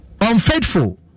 Unfaithful